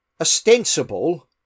ostensible